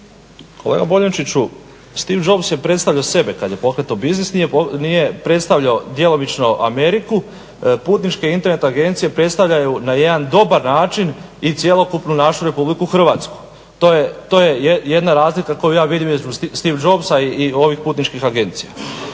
Kolega Boljunčić, Steve Jobs je predstavljao sebe kad je pokretao biznis, nije predstavljao djelomično Ameriku. Putničke Internet agencije predstavljaju na jedan dobar način i cjelokupnu našu Republiku Hrvatsku. To je jedna razlika koju ja vidim između Steve Jobsa i ovih putničkih agencija.